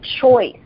choice